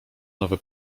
nowe